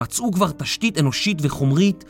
מצאו כבר תשתית אנושית וחומרית